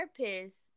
therapist